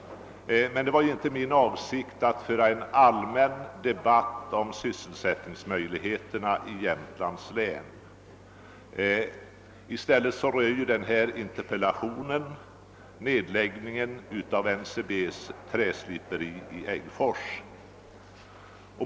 Men det var inte min avsikt att ta upp en allmän debatt om sysselsättningsmöjligheterna i Jämtlands län. Min interpellation rör ju nedläggningen av NCB:s träsliperi i Äggfors.